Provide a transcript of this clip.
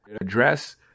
address